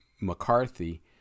McCarthy